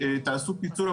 תעשו פיצול,